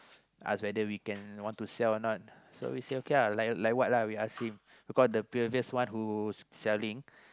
ask whether we can want to sell or not so we say okay uh like like what uh we ask him because the previous one who selling